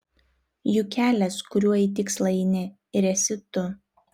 juk kelias kuriuo į tikslą eini ir esi tu